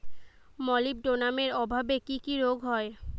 মলিবডোনামের অভাবে কি কি রোগ হয়?